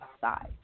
side